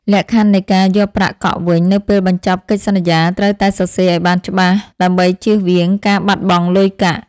លក្ខខណ្ឌនៃការយកប្រាក់កក់វិញនៅពេលបញ្ចប់កិច្ចសន្យាត្រូវតែសរសេរឱ្យបានច្បាស់ដើម្បីជៀសវាងការបាត់បង់លុយកាក់។